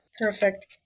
perfect